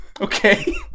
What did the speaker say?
Okay